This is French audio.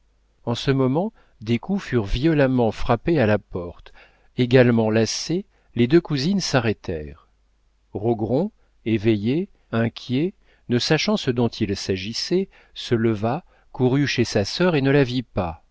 en ce moment des coups furent violemment frappés à la porte également lassées les deux cousines s'arrêtèrent rogron éveillé inquiet ne sachant ce dont il s'agissait se leva courut chez sa sœur et ne la vit pas